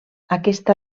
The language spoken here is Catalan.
aquesta